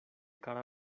kara